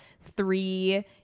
three